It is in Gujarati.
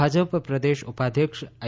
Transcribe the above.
ભાજપ પ્રદેશ ઉપાધ્યક્ષ આઈ